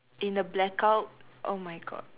in a blackout oh my god